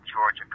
Georgia